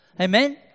Amen